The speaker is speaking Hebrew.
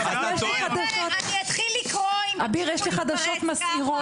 אני אתחיל לקרוא אם תמשיכו להתפרץ ככה.